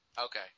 Okay